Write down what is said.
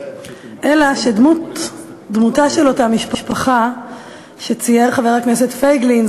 אלא שדמותה של אותה משפחה שצייר חבר הכנסת פייגלין,